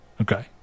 Okay